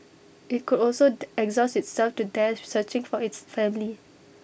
IT could also exhaust itself to death searching for its family